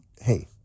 Hey